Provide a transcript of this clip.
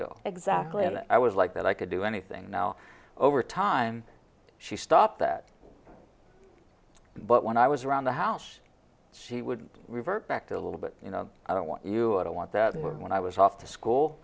go exactly and i was like that i could do anything now over time she stopped that but when i was around the house she would revert back to a little bit you know i don't want you i don't want the world when i was off to school